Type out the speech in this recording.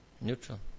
Neutral